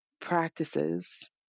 practices